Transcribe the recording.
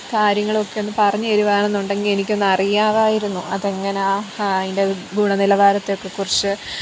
കാര്യങ്ങളൊക്കെ ഒന്ന് പറഞ്ഞു തരികയാണെന്നുണ്ടെങ്കിൽ എനിക്കൊന്ന് അറിയാമായിരുന്നു അതെങ്ങനെയാണ് ആ അതിൻ്റെ ഗുണനിലവാരത്തെ ഒക്കെക്കുറിച്ച്